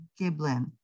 Giblin